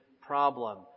problem